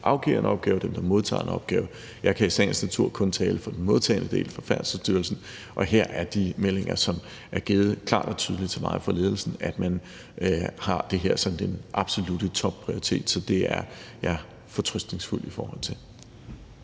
afgiver en opgave, og den, der modtager en opgave. Jeg kan i sagens natur kun tale for den modtagende del, for Færdselsstyrelsens del, og her er de meldinger, som er givet klart og tydeligt til mig af ledelsen, at man har det her som den absolutte topprioritet. Så det er jeg fortrøstningsfuld i forhold til.